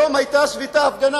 היום היתה הפגנה,